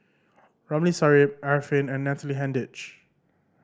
Ramli Sarip Arifin and Natalie Hennedige